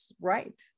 right